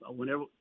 whenever –